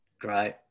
Great